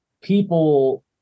people